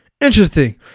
interesting